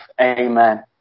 Amen